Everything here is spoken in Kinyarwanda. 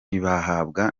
ntibahabwa